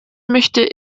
möchte